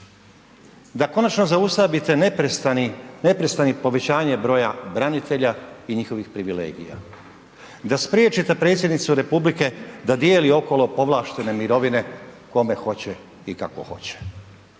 Da konačno zaustavite neprestano povećanje broja branitelja i njihovih privilegija? Da spriječite predsjednicu republike da dijeli okolo povlaštene mirovine kome hoće i kako hoće